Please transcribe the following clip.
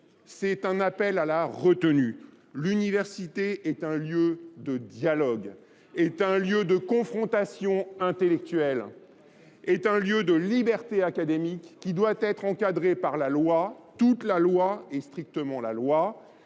c'est un appel à l'art retenu. L'université est un lieu de dialogue, est un lieu de confrontation intellectuelle, est un lieu de liberté académique qui doit être encadré par la loi, toute la loi et strictement la loi,